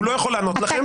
הוא לא יכול לענות לכם.